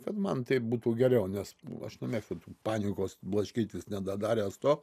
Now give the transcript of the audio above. kad man taip būtų geriau nes aš nemėgstu tų panikos blaškytis nedadaręs to